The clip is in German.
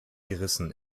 gerissen